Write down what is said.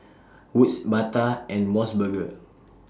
Wood's Bata and Mos Burger